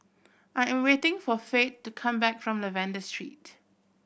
I am waiting for Faith to come back from Lavender Street